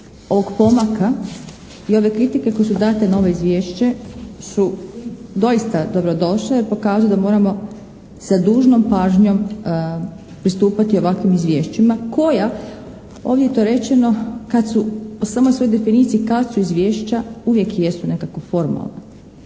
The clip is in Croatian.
ovog pomaka i ove kritike koje su date na ovo izvješće su doista dobrodošle, jer pokazuju da moramo sa dužnom pažnjom pristupati ovakvim izvješćima koja ovdje je to rečeno kad su, po samoj svojoj definiciji kad su izvješća uvijek jesu nekako formalna.